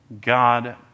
God